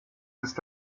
ist